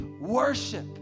worship